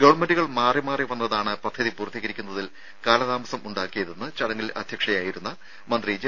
ഗവൺമെന്റുകൾ മാറിമാറി വന്നതാണ് പദ്ധതി പൂർത്തീകരിക്കുന്നതിൽ കാലതാമസം ഉണ്ടാക്കിയതെന്ന് ചടങ്ങിൽ അധ്യക്ഷയായിരുന്ന മന്ത്രി ജെ